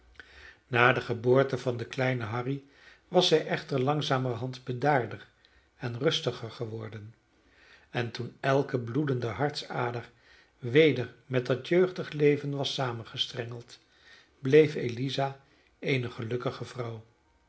na de geboorte van den kleinen harry was zij echter langzamerhand bedaarder en rustiger geworden en toen elke bloedende hartsader weder met dat jeugdig leven was samengestrengeld bleef eliza eene gelukkige vrouw